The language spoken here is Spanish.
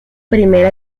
primera